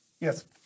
yes